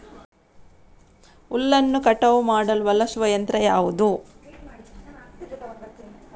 ಹುಲ್ಲನ್ನು ಕಟಾವು ಮಾಡಲು ಬಳಸುವ ಯಂತ್ರ ಯಾವುದು?